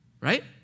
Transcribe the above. right